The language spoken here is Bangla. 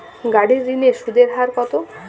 গাড়ির ঋণের সুদের হার কতো?